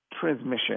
transmission